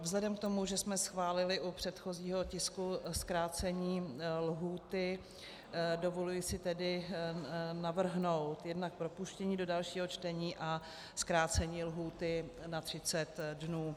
Vzhledem k tomu, že jsme schválili u předchozího tisku zkrácení lhůty, dovoluji si tedy navrhnout jednak propuštění do dalšího čtení a zkrácení lhůty na 30 dnů.